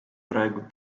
praegu